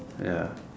ya